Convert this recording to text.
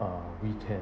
uh we can